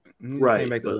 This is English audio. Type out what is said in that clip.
Right